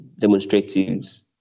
demonstratives